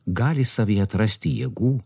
gali savy atrasti jėgų